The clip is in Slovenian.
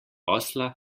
osla